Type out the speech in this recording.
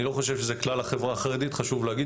אני חושב שזה כלל החברה החרדית, חשוב להגיד.